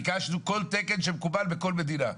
ביקשנו כל תקן שמקובל בכל מדינה.